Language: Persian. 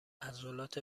عضلات